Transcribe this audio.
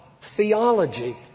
theology